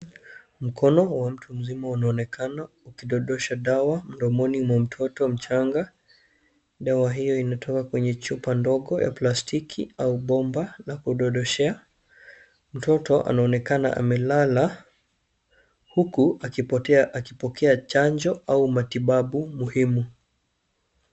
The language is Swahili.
Mkono wa mtu mzima unaonekana ukidondosha dawa mdomoni mwa mtoto mchanga. Dawa hio inatoka kwenye chupa ndogo ya plastiki au bomba la kudondoshea. Mtoto anaonekana amelala huku akipokea chanjo au matibabu muhimu.